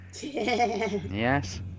Yes